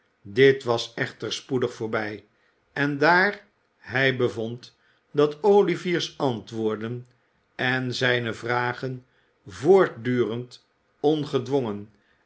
dit was echter spoedig voorbij en daar hij bevond dat olivier's antwoorden en zijne vragen voortdurend ongedwongen